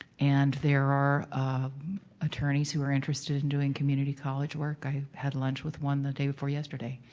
and there are attorneys who are interested in doing community college work. i had lunch with one the day before yesterday